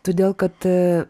todėl kad